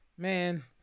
Man